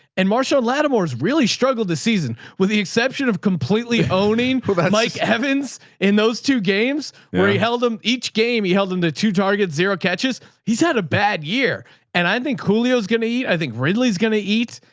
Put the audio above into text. and marshall latimer has really struggled to season with the exception of completely owning mike heavens in those two games where he held them each game, he held them to two target, zero catches. he's had a bad year and i think julio is going to eat. i think ridley is going to eat,